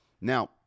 Now